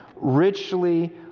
richly